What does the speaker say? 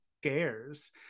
scares